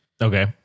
Okay